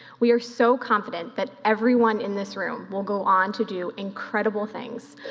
we are so confident that everyone in this room will go on to do incredible things.